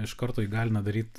iš karto įgalina daryt